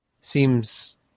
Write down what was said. seems